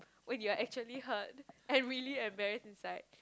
when you are actually hurt and really embarrassed inside